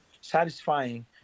satisfying